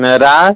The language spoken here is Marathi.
मैदा